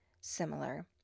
similar